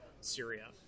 Syria